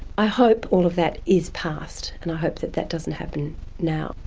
i hope all of that is past and i hope that that doesn't happen now.